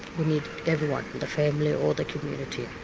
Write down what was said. we need everyone, the family or the community. if